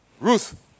Ruth